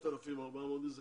8,400 זה כלום.